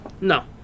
No